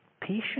patient